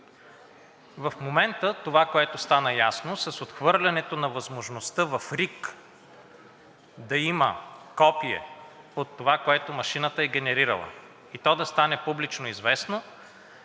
В момента това, което стана ясно с отхвърлянето на възможността в РИК да има копие от това, което машината е генерирала, и то да стане публично известно,